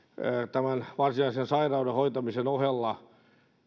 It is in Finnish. tämän varsinaisen sairauden hoitamisen ohella